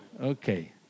Okay